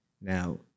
Now